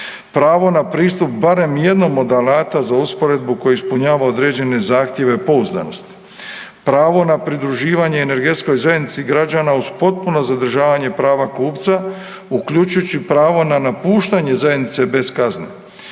pravo na pristup barem jednom od alata za usporedbu koji ispunjava određene zahtjeve pouzdanosti, pravo na pridruživanje energetskoj zajednici građana uz potpuno zadržavanje prava kupca uključujući pravo na napuštanje zajednice bez kazne,